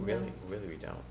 really really don't